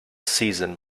season